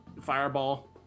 fireball